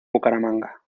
bucaramanga